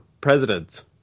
presidents